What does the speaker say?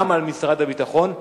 גם על משרד הביטחון.